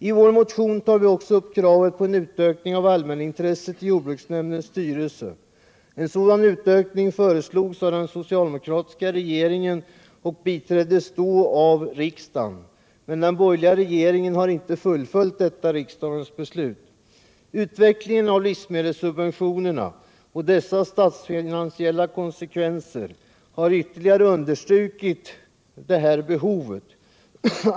I vår motion tar vi också upp kravet på en utökning av allmänintresset i jordbruksnämndens styrelse. En sådan utökning föreslogs av den socialdemokratiska regeringen och biträddes då av riksdagen. Men den borgerliga regeringen har inte fullföljt detta riksdagens beslut. Utvecklingen av livsmedelssubventionerna och dessas statsfinansiella konsekvenser har ytterligare understrukit detta behov.